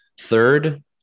third